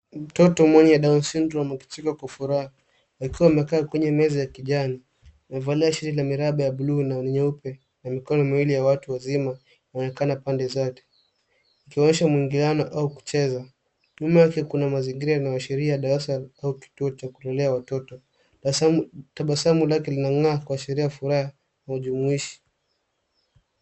Mtoto mwenye dow syndrome akicheka kwa furaha akiwa ameketi kwenye meza ya kijani. Amevalia shati ya miraba ya buluu na nyeupe na mikono miwili ya watu wazima ikionekana opande zote ikionyesha maingiano au kucheza. Nyuma yake kuna mazingira yanayoashiria darasa au kituo la kulea watoto. Tabasamu lake linang'aa kuashiria furaha na ujumuishi.